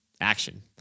action